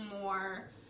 more